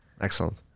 excellent